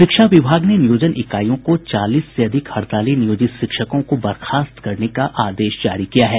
शिक्षा विभाग ने नियोजन इकाईयों को चालीस से अधिक हड़ताली नियोजित शिक्षकों को बर्खास्त करने का आदेश जारी किया है